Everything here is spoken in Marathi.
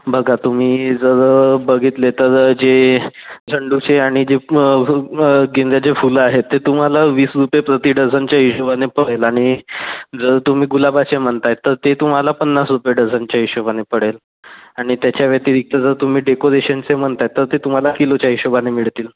बघा तुम्ही जर बघितले तर जे झंडूचे आणि जे गेंद्याचे फुलं आहेत ते तुम्हाला वीस रुपये प्रति डझनच्या हिशोबाने पडेल आणि जर तुम्ही गुलाबाचे म्हणत आहे तर ते तुम्हाला पन्नास रुपये डझनच्या हिशोबाने पडेल आणि त्याच्या व्यतिरिक्त जर तुम्ही डेकोरेशनचे म्हणत आहे तर ते तुम्हाला किलोच्या हिशोबाने मिळतील